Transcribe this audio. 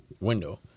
window